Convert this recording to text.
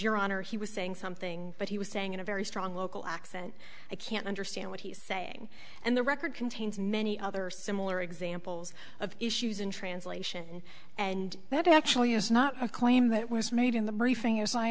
honor he was saying something but he was saying in a very strong local accent i can't understand what he's saying and the record contains many other similar examples of issues in translation and that actually is not a claim that was made in the briefing as i